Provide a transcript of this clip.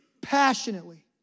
passionately